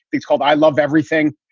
it's called i love everything.